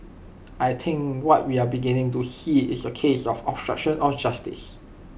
I think what we are beginning to see is A case of obstruction of justice